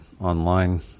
online